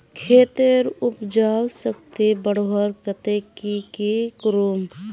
खेतेर उपजाऊ शक्ति बढ़वार केते की की करूम?